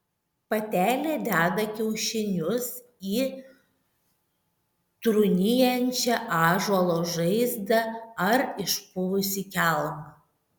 patelė deda kiaušinius į trūnijančią ąžuolo žaizdą ar išpuvusį kelmą